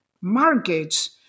markets